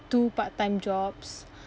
two part time jobs